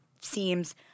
seems